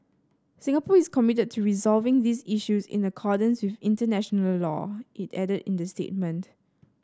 Singapore is committed to resolving these issues in accordance with international law it added in the statement